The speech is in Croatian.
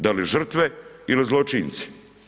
Da li žrtve ili zločinci?